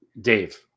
Dave